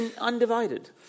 undivided